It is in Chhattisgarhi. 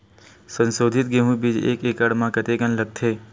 संसोधित गेहूं बीज एक एकड़ म कतेकन लगथे?